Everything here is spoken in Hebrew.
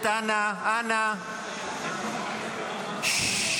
תודה רבה.